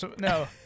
No